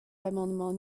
l’amendement